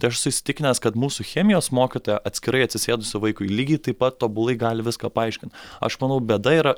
tai aš esu įsitikinęs kad mūsų chemijos mokytoja atskirai atsisėdus vaikui lygiai taip pat tobulai gali viską paaiškint aš manau bėda yra